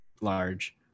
large